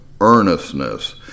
earnestness